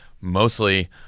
mostly